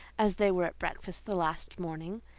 as they were at breakfast the last morning,